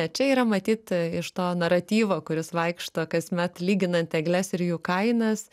čia yra matyt iš to naratyvą kuris vaikšto kasmet lyginant egles ir jų kainas